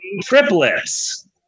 Triplets